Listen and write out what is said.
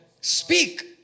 Speak